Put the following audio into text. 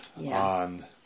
on